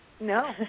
No